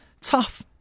tough